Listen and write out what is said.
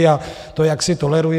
A to jaksi toleruji.